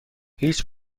هیچ